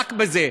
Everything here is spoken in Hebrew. רק בזה.